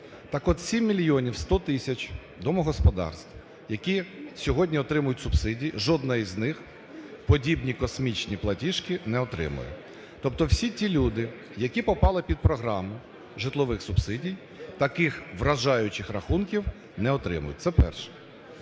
Так от, 7 мільйонів 100 тисяч домогосподарств, які сьогодні отримують субсидії, жодна з них подібні "космічні" платіжки не отримує. Тобто всі ті люди, які попали під програму житлових субсидій, таких вражаючих рахунків не отримують. Це – перше.